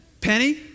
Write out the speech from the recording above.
Penny